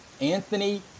Anthony